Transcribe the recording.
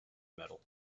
medal